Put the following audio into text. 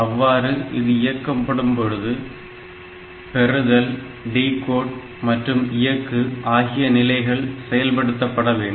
அவ்வாறு இது இயக்கப்படும் பொழுது பெறுதல் டிகோட் மற்றும் இயக்கு ஆகிய நிலைகள் செயல்படுத்தப்பட வேண்டும்